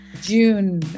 June